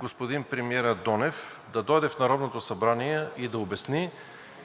господин премиера Донев да дойде в Народното събрание и да обясни